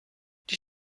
die